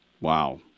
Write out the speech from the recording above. Wow